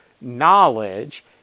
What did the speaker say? knowledge